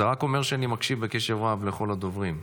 זה רק אומר שאני מקשיב בקשב רב לכל הדוברים.